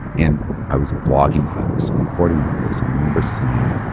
and i was blogging about this and recording about this. i remember saying,